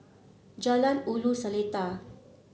Jalan Ulu Seletar